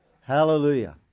hallelujah